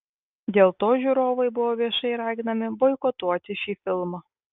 dėl to žiūrovai buvo viešai raginami boikotuoti šį filmą